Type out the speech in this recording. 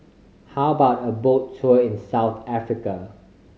how about a boat tour in South Africa